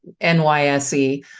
NYSE